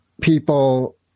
people